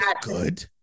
good